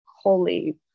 holy